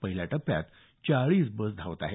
पहिल्या टप्यात चाळीस बस धावणार आहेत